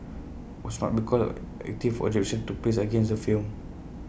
was not because active objection took place against the film